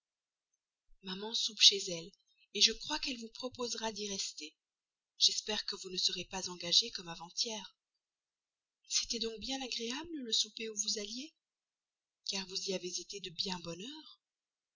maman soupe chez elle je crois qu'elle vous proposera d'y rester j'espère que vous ne serez pas engagé comme avant-hier c'était donc bien agréable le souper où vous alliez car vous y avez été de bien bonne